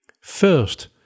First